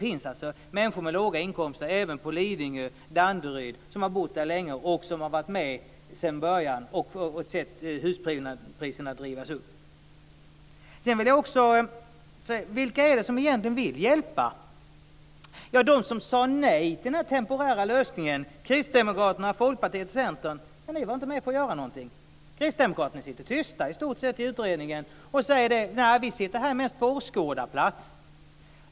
Det finns alltså människor med låga inkomster även i Lidingö och Danderyd som har bott där länge och sett huspriserna drivas upp. Vilka är det som egentligen vill hjälpa? De som sade nej till den temporära lösningen - Kristdemokraterna, Folkpartiet och Centern - var inte med på att göra något. Kristdemokraterna sitter i stort sett tysta i utredningen och säger: Vi sitter här mest på åskådarplats.